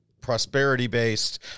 prosperity-based